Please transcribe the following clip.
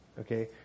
okay